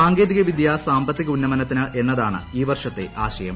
സാങ്കേതിക വിദ്യ സാമ്പത്തിക ഉന്നമനത്തിന് എന്നതാണ് ഈ വർഷത്തെ ആശയം